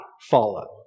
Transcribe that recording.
follow